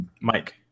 Mike